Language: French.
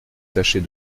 tâchez